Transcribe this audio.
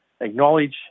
acknowledge